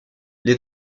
les